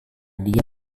dia